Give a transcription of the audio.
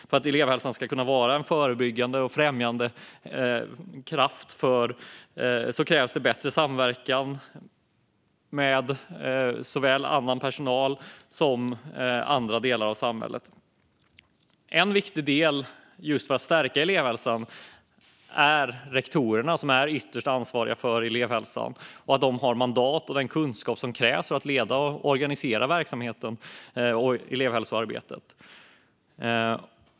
För att elevhälsans arbete ska kunna vara en förebyggande och främjande kraft krävs bättre samverkan med såväl annan personal som andra delar av samhället. En viktig del för att stärka elevhälsan är rektorerna, som är ytterst ansvariga för den. Det är viktigt att de har det mandat och den kunskap som krävs för att leda och organisera verksamheten och elevhälsoarbetet.